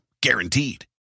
guaranteed